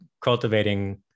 cultivating